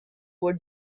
were